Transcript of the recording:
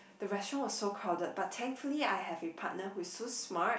the restaurant was so crowded but thankfully I have a partner who is so smart